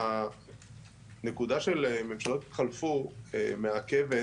הנקודה של ממשלות התחלפו מעכבת